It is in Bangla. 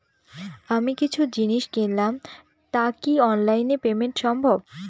আমি কিছু জিনিস কিনলাম টা কি অনলাইন এ পেমেন্ট সম্বভ?